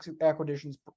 acquisitions